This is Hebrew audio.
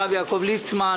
הרב יעקב ליצמן,